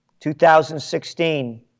2016